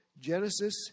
Genesis